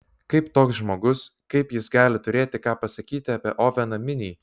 kaip toks žmogus kaip jis gali turėti ką pasakyti apie oveną minį